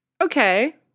Okay